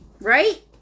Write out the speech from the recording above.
Right